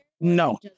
No